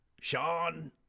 Sean